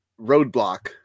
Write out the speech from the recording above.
roadblock